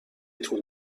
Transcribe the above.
طول